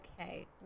okay